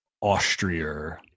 Austria